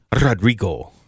Rodrigo